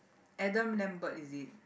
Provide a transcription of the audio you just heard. Adam-Lambert is it